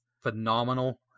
phenomenal